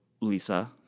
Lisa